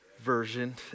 version